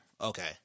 Okay